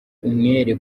umwere